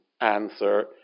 answer